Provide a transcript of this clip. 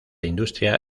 industria